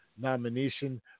nomination